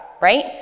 right